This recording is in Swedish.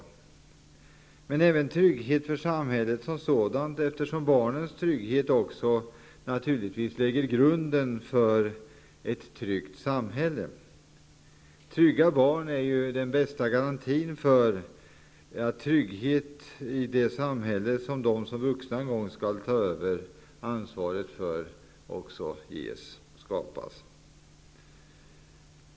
Men det måste även vara att skapa trygghet för samhället som sådant, eftersom barnens trygghet naturligtvis lägger grunden till ett tryggt samhälle. Trygga barn är den bästa garantin för trygghet i det samhälle som de som vuxna en gång skall ta över ansvaret för.